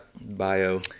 bio